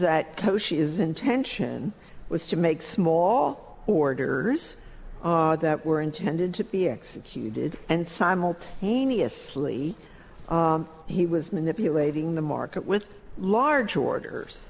that kosher is intention was to make small orders that were intended to be executed and simultaneously he was manipulating the market with large orders